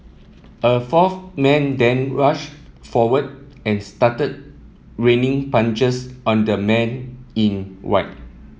a fourth man then rushed forward and started raining punches on the man in white